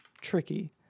Tricky